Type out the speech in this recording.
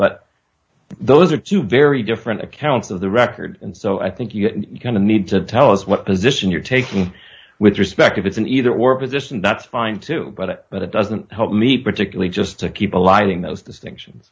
but those are two very different accounts of the record and so i think you kind of need to tell us what position you're taking with respect if it's an either or position that's fine too but it doesn't help me particularly just to keep alive in those distinctions